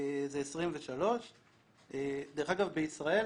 זה 23. בישראל,